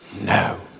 No